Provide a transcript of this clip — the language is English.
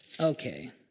Okay